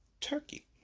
Turkey